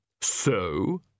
So